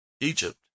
Egypt